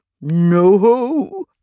No